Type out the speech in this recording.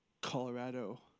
Colorado